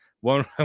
one